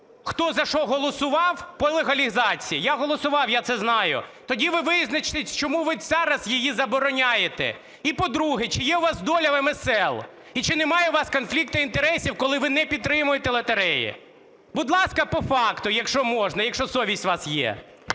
хто за що голосував по легалізації. Я голосував, я це знаю. Тоді ви визначтесь, чому ви зараз її забороняєте. І, по-друге. Чи є у вас доля в МСЛ? І чи немає у вас конфлікту інтересів, коли ви не підтримуєте лотереї? Будь ласка, по факту, якщо можна, якщо совість у вас є.